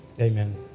Amen